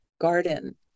garden